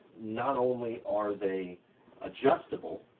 not only are they adjustable,